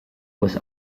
was